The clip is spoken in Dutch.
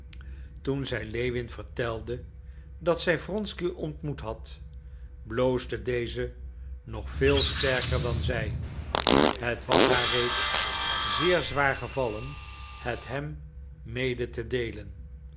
toen zij lewin vertelde dat zij wronsky ontmoet had bloosde deze nog veel sterker dan zij het was haar reeds zeer zwaar gevallen het hem mede te deelen